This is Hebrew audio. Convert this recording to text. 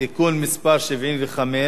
(תיקון מס' 75)